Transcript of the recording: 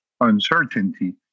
uncertainty